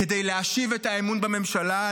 כדי להשיב את האמון בממשלה,